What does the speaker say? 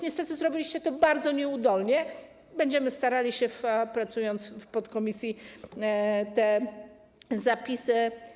Niestety zrobiliście to bardzo nieudolnie, będziemy starali się, pracując w podkomisji, poprawić te zapisy.